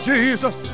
Jesus